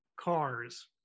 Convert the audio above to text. cars